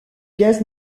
gaz